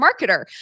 marketer